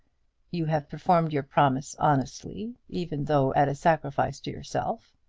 you have performed your promise honestly, even though at a sacrifice to yourself.